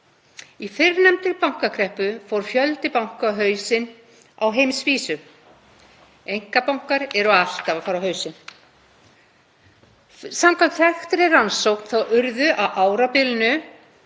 Í fyrrnefndri bankakreppu fór fjöldi banka á hausinn á heimsvísu. Einkabankar eru alltaf að fara á hausinn. Samkvæmt þekktri rannsókn urðu á árabilinu